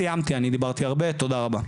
סיימתי, אני דיברתי הרבה, תודה רבה.